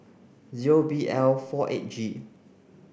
zero B L four eight G